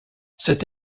cet